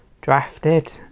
drafted